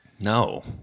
No